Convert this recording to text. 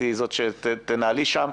את תנהלי שם,